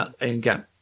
again